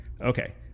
Okay